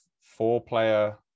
four-player